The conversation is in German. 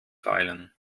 feilen